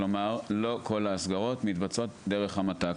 כלומר לא כל ההסגרות מתבצעות דרך המת"ק.